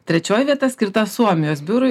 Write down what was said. trečioji vieta skirta suomijos biurui